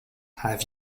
have